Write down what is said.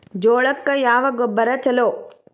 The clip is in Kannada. ಜೋಳಕ್ಕ ಯಾವ ಗೊಬ್ಬರ ಛಲೋ?